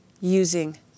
using